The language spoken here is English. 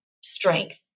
strength